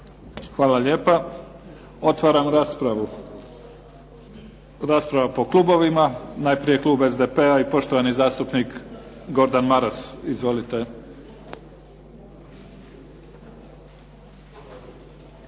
Hvala lijepa. Otvaram raspravu. Rasprava po klubovima. Klub SDP-a poštovani zastupnik Gordan Maras. Izvolite.